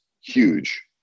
huge